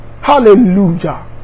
Hallelujah